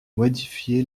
modifié